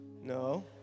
No